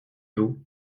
vous